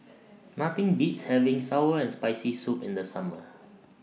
Nothing Beats having Sour and Spicy Soup in The Summer